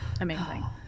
Amazing